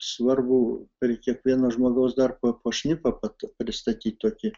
svarbu prie kiekvieno žmogaus dar bą po šnipą pa pristatyt tokį